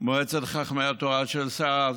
מועצת חכמי התורה של ש"ס,